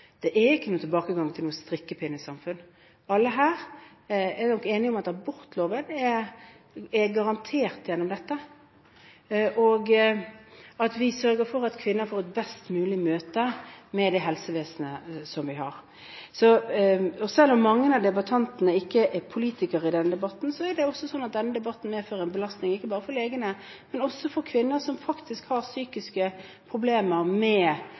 Det er ikke noen tilbakegang til noe strikkepinnesamfunn. Alle her er nok enige om at abortloven er garantert gjennom dette. Vi sørger for at kvinner får et best mulig møte med det helsevesenet vi har. Selv om mange av debattantene i denne debatten ikke er politikere, er det slik at denne debatten medfører en belastning ikke bare for legene, men også for kvinner opp gjennom tidene som har psykiske problemer